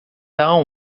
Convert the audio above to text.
tal